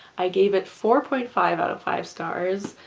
i gave it four point five out of five stars,